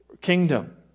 kingdom